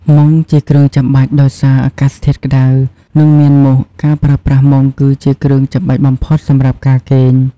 មុងជាគ្រឿងចាំបាច់ ដោយសារអាកាសធាតុក្តៅ និងមានមូស ការប្រើប្រាស់ មុង គឺជាគ្រឿងចាំបាច់បំផុតសម្រាប់ការគេង។